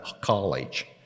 college